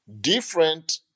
different